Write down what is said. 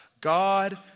God